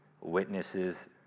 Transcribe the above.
witnesses